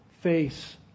face